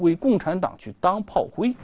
we we